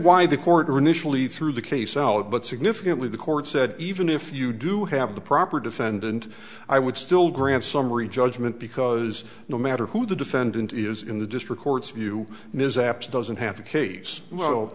why the court are initially through the case out but significantly the court said even if you do have the proper defendant i would still grant summary judgment because no matter who the defendant is in the district court's view is apps doesn't have to case well